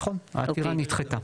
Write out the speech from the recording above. נכון, העתירה נדחתה.